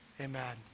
Amen